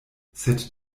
sed